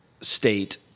state